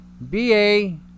BA